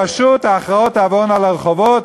פשוט ההכרעות תעבורנה לרחובות,